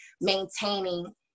maintaining